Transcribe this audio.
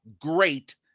great